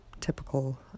typical